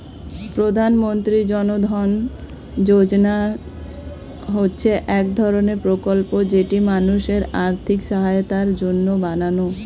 প্রধানমন্ত্রী জন ধন যোজনা হচ্ছে এক ধরণের প্রকল্প যেটি মানুষের আর্থিক সহায়তার জন্য বানানো